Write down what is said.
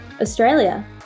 Australia